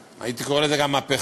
הייתי קורא לזה גם מהפכה,